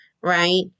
right